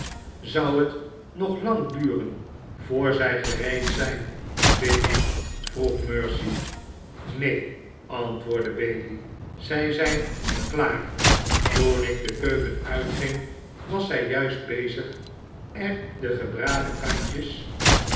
zou het nog lang duren voor zij gereed zijn bailey vroeg mercy neen antwoordde bailey zij zijn al klaar toen ik de keuken uitging was zij juist bezig er de gebraden kantjes